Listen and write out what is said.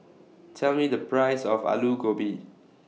Tell Me The Price of Aloo Gobi